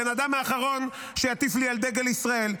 הבן אדם האחרון שיטיף לי על דגל ישראל.